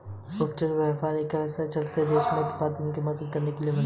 उचित व्यापार ऐसी व्यवस्था है जिसे बढ़ते देशों में उत्पादकों की मदद करने के लिए बनाया गया है